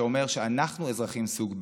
שאומר שאנחנו אזרחים סוג ב'.